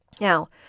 Now